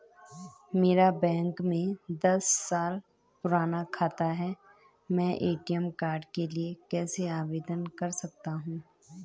मेरा बैंक में दस साल पुराना खाता है मैं ए.टी.एम कार्ड के लिए कैसे आवेदन कर सकता हूँ?